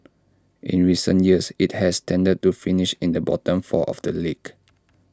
in recent years IT has tended to finish in the bottom four of the league